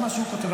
זה מה שהוא כותב.